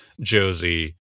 Josie